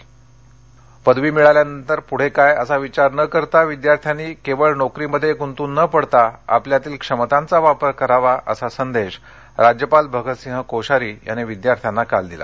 पणेविद्यापीठ पदवी मिळाल्यानंतर पूढे कायअसा विचार न करता विद्यार्थ्यांनी केवळ नोकरीमध्ये गुंतून न पडता आपल्यातील क्षमतांचा वापर करावा असा संदेश राज्यपाल भगत सिंह कोश्यारी यांनी विद्यार्थ्यांना काल दिला